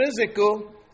physical